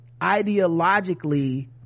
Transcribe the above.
ideologically